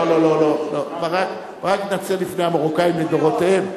לא, ברק התנצל לפני המרוקאים לדורותיהם.